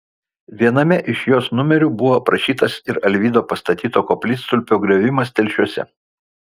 viename iš jos numerių buvo aprašytas ir alvydo pastatyto koplytstulpio griovimas telšiuose